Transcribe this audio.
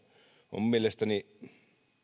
on mielestäni